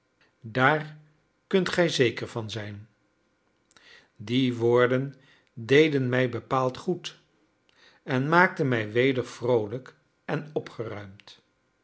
daar kunt gij zeker van zijn die woorden deden mij bepaald goed en maakten mij weder vroolijk en opgeruimd